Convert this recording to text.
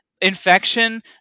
Infection